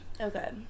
Okay